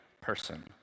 person